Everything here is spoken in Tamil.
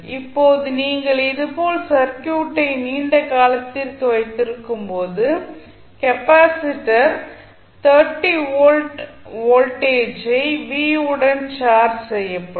இப்போது நீங்கள் இது போல சர்க்யூட்டை நீண்ட காலத்திற்கு வைத்திருக்கும்போது கெப்பாசிட்டர் 30 வோல்ட் வோல்டேஜ் v உடன் சார்ஜ் செய்யப்படும்